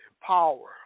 power